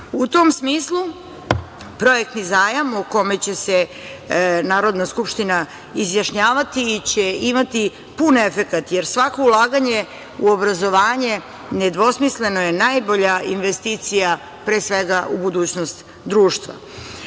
tom smislu projektni zajam o kome će se Narodna skupština izjašnjavati će imati pun efekat, jer svako ulaganje u obrazovanje nedvosmisleno je najbolja investicija pre svega u budućnost društva. Osvrnuću